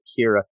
Kira